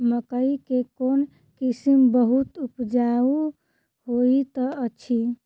मकई केँ कोण किसिम बहुत उपजाउ होए तऽ अछि?